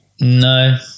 No